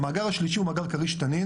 המאגר השלישי הוא מאגר כריש/תנין.